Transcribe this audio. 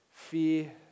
Fear